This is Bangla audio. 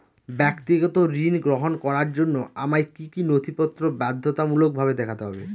ব্যক্তিগত ঋণ গ্রহণ করার জন্য আমায় কি কী নথিপত্র বাধ্যতামূলকভাবে দেখাতে হবে?